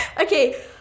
Okay